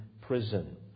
prison